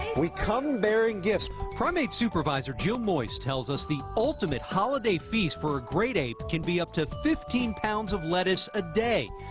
we come bearing gifts. pry merit supervisor jill moist tells us the ultimate holiday feast for a great ape can be up to fifteen pounds of lettuce a day,